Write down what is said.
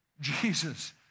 Jesus